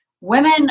Women